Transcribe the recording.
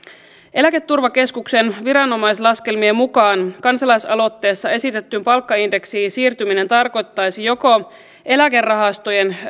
eläketurvakeskuksen viranomaislaskelmien mukaan kansalaisaloitteessa esitettyyn palkkaindeksiin siirtyminen tarkoittaisi joko eläkerahastojen